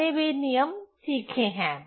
हमने वे नियम सीखे हैं